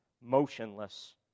motionless